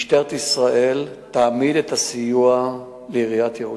משטרת ישראל תעמיד את הסיוע לעיריית ירושלים.